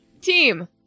Team